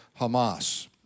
Hamas